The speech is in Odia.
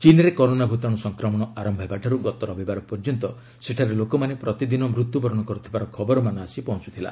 ଚୀନ୍ରେ କରୋନା ଭୂତାଣୁ ସଂକ୍ରମଣ ଆରମ୍ଭ ହେବାଠାରୁ ଗତ ରବିବାର ପର୍ଯ୍ୟନ୍ତ ସେଠାରେ ଲୋକମାନେ ପ୍ରତିଦିନ ମୃତ୍ୟୁବରଣ କରୁଥିବାର ଖବରମାନ ଆସି ପହଞ୍ଚୁଥିଲା